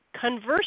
conversely